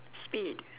spade